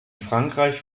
frankreich